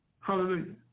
hallelujah